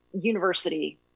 university